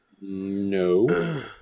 No